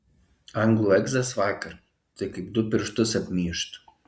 anglų egzas vakar tai kaip du pirštus apmyžt